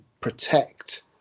protect